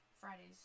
Fridays